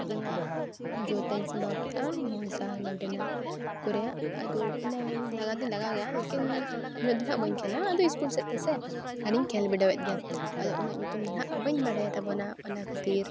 ᱡᱟᱸᱜᱟ ᱡᱳᱨᱛᱮᱧ ᱥᱟᱢᱵᱟᱣ ᱠᱮᱫᱼᱟ ᱢᱚᱡᱟ ᱱᱚᱰᱮᱱᱟᱜ ᱠᱚᱨᱮᱭᱟᱜ ᱟᱫᱚ ᱚᱱᱟ ᱞᱟᱜᱟᱣ ᱫᱚᱧ ᱞᱟᱜᱟᱣ ᱜᱮᱭᱟ ᱞᱮᱠᱤᱱ ᱩᱱᱟᱹᱜ ᱫᱚ ᱦᱟᱸᱜ ᱵᱟᱹᱧ ᱠᱷᱮᱞᱟ ᱟᱫᱚ ᱥᱠᱩᱞ ᱥᱮᱫᱛᱮ ᱥᱮ ᱟᱨᱮᱧ ᱠᱷᱮᱞ ᱵᱤᱰᱟᱹᱣᱮᱫ ᱜᱮᱭᱟ ᱟᱫᱚ ᱩᱱᱟᱹᱜ ᱧᱩᱛᱩᱢ ᱫᱚ ᱱᱟᱦᱟᱜ ᱵᱟᱹᱧ ᱵᱟᱲᱟᱭ ᱛᱟᱵᱚᱱᱟ ᱚᱱᱟ ᱠᱷᱟᱹᱛᱤᱨ